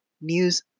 news